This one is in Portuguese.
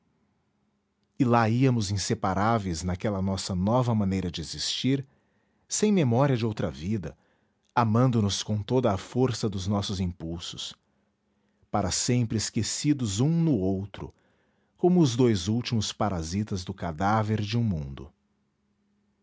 e lá íamos inseparáveis naquela nossa nova maneira de existir sem memória de outra vida amando nos com toda a força dos nossos impulsos para sempre esquecidos um no outro como os dois últimos parasitas do cadáver de um mundo